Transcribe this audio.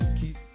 keep